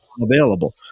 available